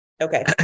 Okay